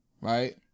right